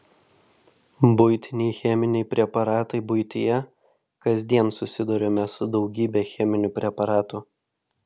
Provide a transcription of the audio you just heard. buitiniai cheminiai preparatai buityje kasdien susiduriame su daugybe cheminių preparatų